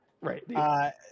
Right